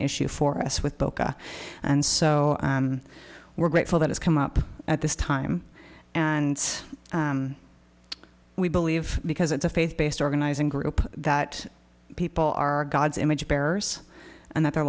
issue for us with boca and so we're grateful that it's come up at this time and we believe because it's a faith based organizing group that people are god's image bearers and that their